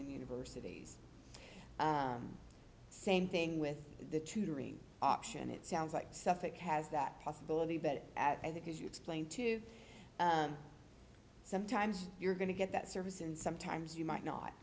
and universities same thing with the tutoring option it sounds like suffolk has that possibility but i think as you explain to sometimes you're going to get that service and sometimes you might not